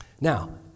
Now